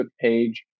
page